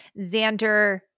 Xander –